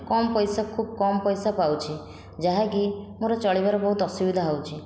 କମ୍ ପଇସା ଖୁବ୍ କମ୍ ପଇସା ପାଉଛି ଯାହାକି ମୋର ଚଳିବାର ବହୁତ ଅସୁବିଧା ହେଉଛି